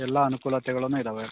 ಎಲ್ಲ ಅನುಕೂಲತೆಗಳನ್ನು ಇದ್ದಾವೆ